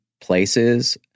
places